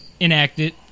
enacted